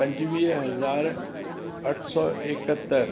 पंजुवीह हज़ार अठ सौ एकहतरि